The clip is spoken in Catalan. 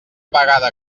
vegada